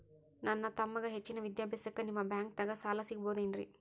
ನನ್ನ ತಮ್ಮಗ ಹೆಚ್ಚಿನ ವಿದ್ಯಾಭ್ಯಾಸಕ್ಕ ನಿಮ್ಮ ಬ್ಯಾಂಕ್ ದಾಗ ಸಾಲ ಸಿಗಬಹುದೇನ್ರಿ?